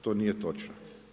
To nije točno.